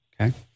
Okay